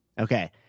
Okay